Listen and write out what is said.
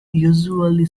usually